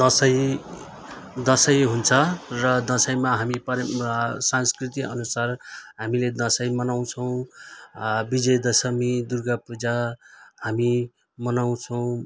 दसैँ दसैँ हुन्छ र दसैँमा हामी पर संस्कृतिअनुसार हामीले दसैँ मनाउँछौँ विजय दशमी दुर्गापूजा हामी मनाउँछौँ